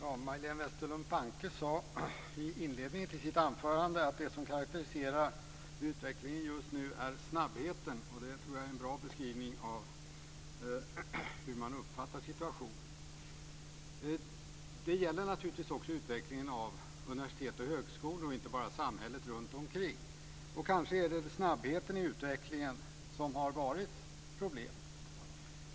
Fru talman! Majléne Westerlund Panke sade i inledningen av sitt anförande att det som karakteriserar utvecklingen just nu är snabbheten. Det tror jag är en bra beskrivning av hur man uppfattar situationen. Det gäller naturligtvis också utvecklingen av universitet och högskolor och inte bara samhället runt omkring. Kanske är det snabbheten i utvecklingen som har varit problemet.